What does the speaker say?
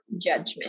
judgment